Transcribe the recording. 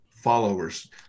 Followers